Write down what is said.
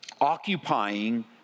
occupying